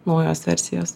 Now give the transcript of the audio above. naujos versijos